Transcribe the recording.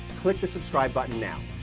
click the subscribe button now.